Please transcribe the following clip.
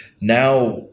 now